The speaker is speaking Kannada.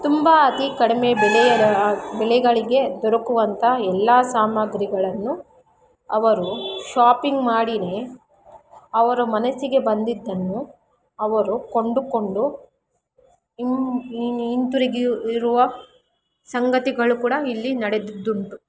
ತುಂಬ ಅತೀ ಕಡಿಮೆ ಬೆಲೆಯ ಬೆಲೆಗಳಿಗೆ ದೊರಕುವಂಥ ಎಲ್ಲಾ ಸಾಮಾಗ್ರಿಗಳನ್ನು ಅವರು ಶಾಪಿಂಗ್ ಮಾಡಿ ಅವರ ಮನಸ್ಸಿಗೆ ಬಂದಿದ್ದನ್ನು ಅವರು ಕೊಂಡುಕೊಂಡು ಹಿಂತಿರುಗಿಯು ಇರುವ ಸಂಗತಿಗಳು ಕೂಡ ಇಲ್ಲಿ ನಡೆದದ್ದು ಉಂಟು